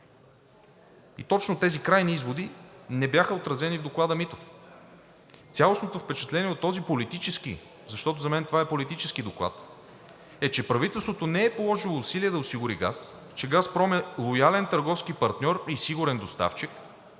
Точно тези крайни изводи не бяха отразени в Доклада „Митов“. Цялостното впечатление от този политически, защото за мен това е политически доклад, е, че правителството не е положило усилия да осигури газ, че „Газпром“ е лоялен търговски партньор и сигурен доставчик,